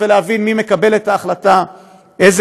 אבקש לנסות ולהבין מי מקבל את ההחלטה איזה